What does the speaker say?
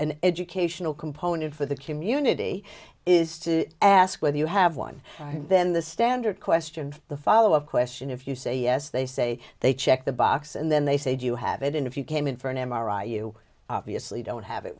an educational component for the community is to ask whether you have one and then the standard question the follow up question if you say yes they say they check the box and then they say do you have it in if you came in for an m r i you obviously don't have it